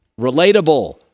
relatable